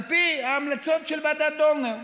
על פי ההמלצות של ועדת דורנר.